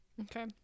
Okay